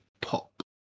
pop